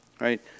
right